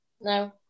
No